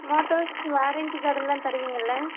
மோட்டர்ஸ்க்கு வாரண்ட்டி கார்டெல்லாம் தருவீங்கல்ல